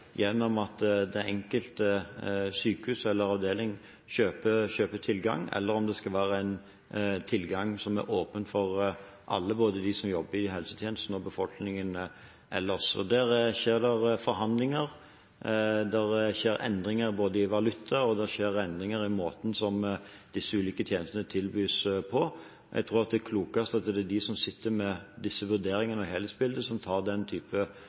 gjennom at det enkelte sykehus eller avdeling kjøper tilgang, eller om det skal være en tilgang som er åpen for alle, både de som jobber i helsetjenesten, og befolkningen ellers. Der skjer det forhandlinger. Det skjer endringer i valuta, og det skjer endringer i måten disse ulike tjenestene tilbys på. Jeg tror det klokeste er at det er de som sitter med disse vurderingene og helhetsbildet, som tar den type